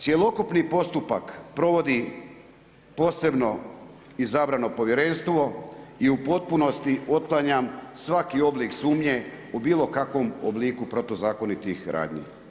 Cjelokupni postupak provodi posebno izabrano povjerenstvo i u potpunosti otklanjam svaki oblik sumnje u bilo kakvom obliku protuzakonitih radnji.